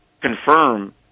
confirm